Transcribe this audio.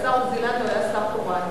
השר עוזי לנדאו היה שר תורן,